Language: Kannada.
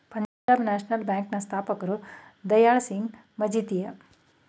ಪಂಜಾಬ್ ನ್ಯಾಷನಲ್ ಬ್ಯಾಂಕ್ ನ ಸ್ಥಾಪಕರು ದಯಾಳ್ ಸಿಂಗ್ ಮಜಿತಿಯ